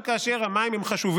כאשר גם המים הם חשובים.